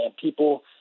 People